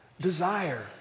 Desire